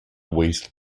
waste